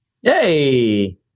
Yay